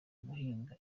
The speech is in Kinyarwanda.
guhinga